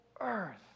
earth